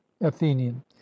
athenian